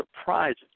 surprises